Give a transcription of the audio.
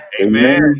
amen